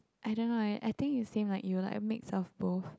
I don't know leh I think is same like you're a mix of both